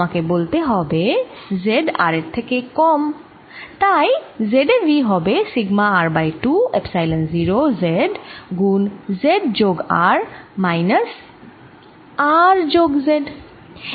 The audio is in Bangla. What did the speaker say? আমাকে বলতে হবে z R এর থেকে কম তাই z এ V হয়ে যাবে sigma R by 2 epsilon 0 z গুণ z যোগ R মাইনাস R যোগ z